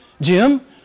Jim